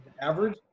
average